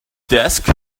desk